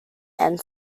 and